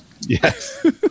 Yes